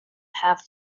have